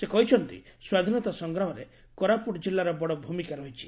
ସେ କହିଛନ୍ତି ସ୍ୱାଧୀନତା ସଂଗ୍ରାମରେ କୋରାପୁଟ ଜିଲ୍ଲାର ବଡ଼ ଭୂମିକା ରହିଛି